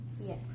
Yes